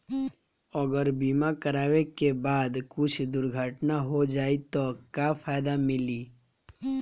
अगर बीमा करावे के बाद कुछ दुर्घटना हो जाई त का फायदा मिली?